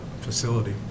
facility